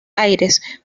aires